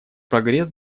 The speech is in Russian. прогресс